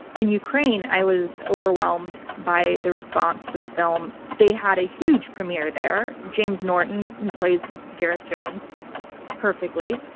in ukraine, i was overwhelmed by the response to the film. they had a huge premiere there. james norton, who plays gareth jones perfectly,